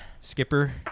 skipper